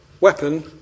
weapon